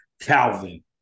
calvin